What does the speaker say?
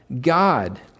God